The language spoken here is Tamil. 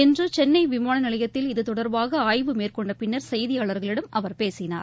இன்று சென்னை விமான நிலையத்தில் இத்தொடர்பாக ஆய்வு மேற்கொண்டபின்னர் செய்தியாளர்களிடம் அவர் பேசினார்